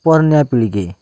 पोरन्या पिळगे